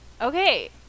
okay